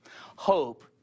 hope